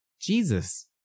Jesus